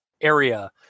area